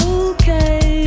okay